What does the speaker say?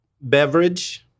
beverage